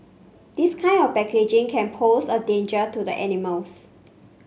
this kind of packaging can pose a danger to the animals